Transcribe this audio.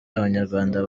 abanyarwanda